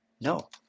No